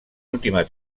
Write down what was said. última